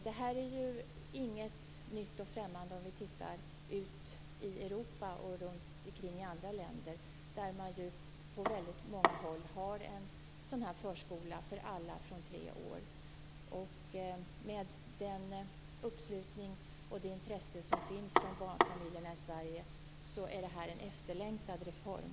Det här är ju inget nytt och främmande om vi tittar ut i Europa och i andra länder, där man på många håll har en sådan här förskola för alla från tre år. Med den uppslutning och det intresse som finns från barnfamiljerna i Sverige är det här en efterlängtad reform.